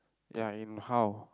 ya and how